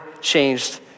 changed